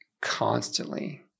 constantly